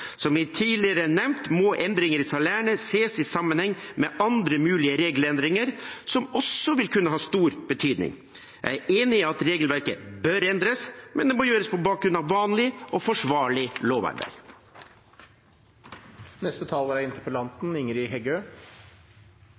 Som tidligere nevnt må endringer i salærene ses i sammenheng med andre mulige regelendringer som også vil kunne ha stor betydning. Jeg er enig i at regelverket bør endres, men det må gjøres på bakgrunn av vanlig og forsvarlig lovarbeid. Eg er einig i at langsiktige rammevilkår er